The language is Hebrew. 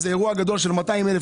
זה אירוע גדול של 200,000,